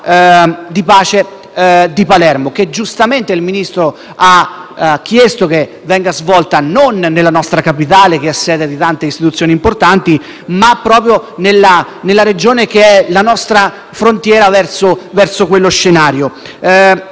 di pace di Palermo che, giustamente, il Ministro ha chiesto di svolgere non nella nostra capitale, che è sede di tante istituzioni importanti, ma proprio nella Regione che è la nostra frontiera verso quello scenario.